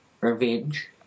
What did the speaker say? Revenge